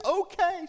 okay